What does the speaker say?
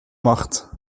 macht